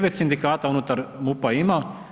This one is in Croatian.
9 sindikata unutar MUP-a ima.